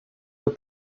what